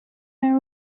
there